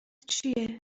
چیه